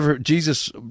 Jesus